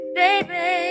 baby